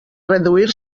reduir